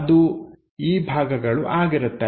ಅದು ಈ ಭಾಗಗಳು ಆಗಿರುತ್ತವೆ